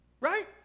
right